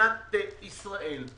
במדינת ישראל.